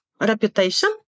reputation